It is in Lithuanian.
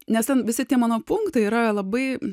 nes ten visi tie mano punktai yra labai